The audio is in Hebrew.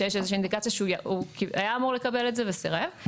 שיש איזו אינדיקציה שהוא היה אמור לקבל את זה אבל הוא סירב.